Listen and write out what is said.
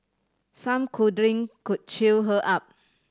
some cuddling could cheer her up